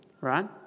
right